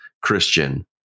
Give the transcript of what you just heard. Christian